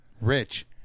rich